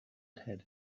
had